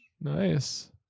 nice